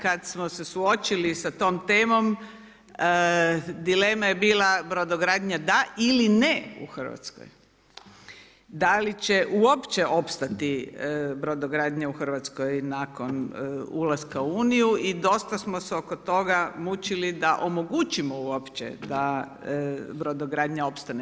Kada smo se suočili sa tom temom dilema je bila brodogradnja da ili ne u Hrvatskoj, da li će uopće opstati brodogradnja u Hrvatskoj nakon ulaska u Uniju i dosta smo se oko toga mučili da omogućimo uopće da brodogradnja opstane.